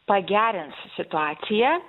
pagerins situaciją